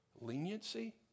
Leniency